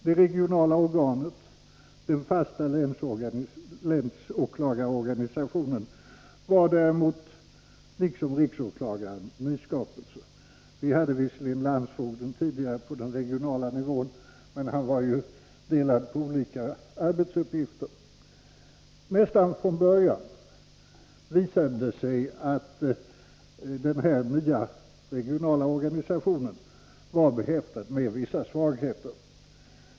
Det regionala organet, den fasta länsåklagarorganisationen, var däremot liksom riksåklagaren en nyskapelse. Vi hade visserligen landsfogden tidigare på den regionala nivån, men han fördelade sig på olika arbetsuppgifter. Nästan från början visade det sig att den nya regionala organisationen var behäftad med vissa svagheter.